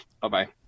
Bye-bye